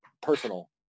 personal